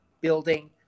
building